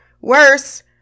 worse